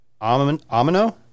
Amino